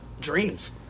dreams